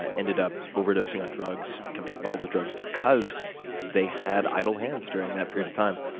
ah ended up overdosing on drugs, becoming involved with drugs, because they had idol hands during that period of time.